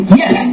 yes